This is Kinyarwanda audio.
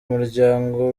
muryango